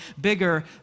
bigger